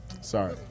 Sorry